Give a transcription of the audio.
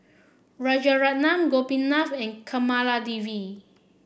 Rajaratnam Gopinath and Kamaladevi